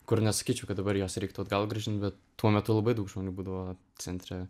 kur nesakyčiau kad dabar jos reiktų atgal grąžinti bet tuo metu labai daug žmonių būdavo centre